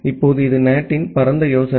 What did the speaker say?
இப்போது இது NAT இன் பரந்த யோசனை